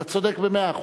אתה צודק במאה אחוז.